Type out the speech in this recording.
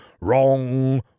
wrong